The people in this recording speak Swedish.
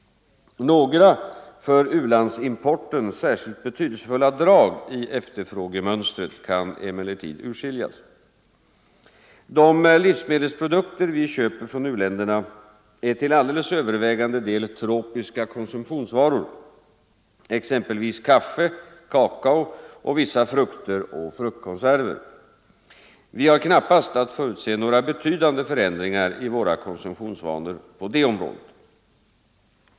Några för u-landsimporten särskilt betydelsefulla drag i efterfrågemönstret kan emellertid urskiljas. De livsmedelsprodukter vi köper från u-länderna är till alldeles övervägande del tropiska konsumtionsvaror, exempelvis kaffe, kakao och vissa frukter och fruktkonserver. Vi har knappast att förutse några betydande förändringar i våra konsumtionsvanor på det området.